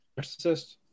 Narcissist